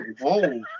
whoa